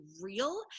real